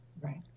Right